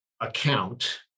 account